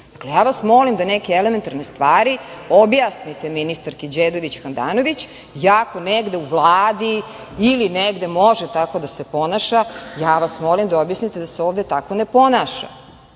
bira. Ja vas molim da neke elementarne stvari objasnite ministarki Đedović Handanović. Ako negde u Vladi ili negde može tako da se ponaša, ja vas molim da objasnite da se ovde tako ne ponaša.